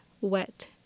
wet